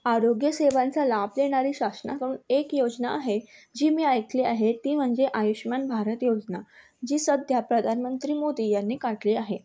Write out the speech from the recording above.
आरोग्य सेवांचा लाभ देणारी शासनाकडून एक योजना आहे जी मी ऐकली आहे ती म्हणजे आयुष्मान भारत योजना जी सध्या प्रधानमंत्री मोदी यांनी काढली आहे